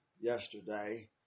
yesterday